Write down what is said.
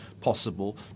possible